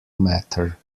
matter